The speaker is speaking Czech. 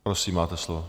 Prosím, máte slovo.